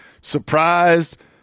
surprised